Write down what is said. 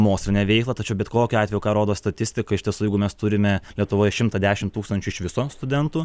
mokslinę veiklą tačiau bet kokiu atveju ką rodo statistika iš tiesų jeigu mes turime lietuvoj šimtą dešimt tūkstančių iš viso studentų